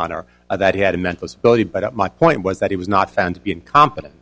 honor that he had a mental disability but my point was that he was not found to be incompetent